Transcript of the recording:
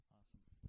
Awesome